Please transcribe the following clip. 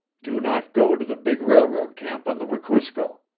do not go to the big railroad camp on the wekusko.